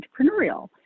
entrepreneurial